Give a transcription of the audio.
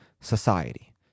society